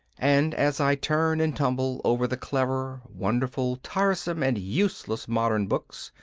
and as i turn and tumble over the clever, wonderful, tiresome, and useless modern books,